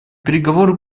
переговоры